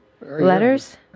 Letters